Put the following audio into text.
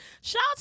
Shout